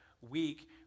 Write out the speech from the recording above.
week